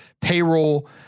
payroll